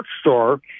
store